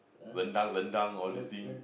rendang rendang all these things